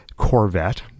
corvette